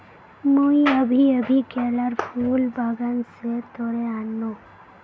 मुई अभी अभी केलार फूल बागान स तोड़े आन नु